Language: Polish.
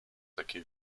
takie